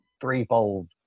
threefold